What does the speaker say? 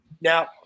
Now